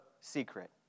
secret